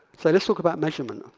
so let's talk about measurement.